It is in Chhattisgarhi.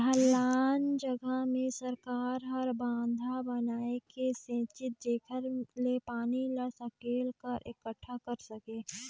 ढलान जघा मे सरकार हर बंधा बनाए के सेचित जेखर ले पानी ल सकेल क एकटठा कर सके